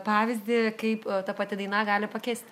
pavyzdį kaip ta pati daina gali pakisti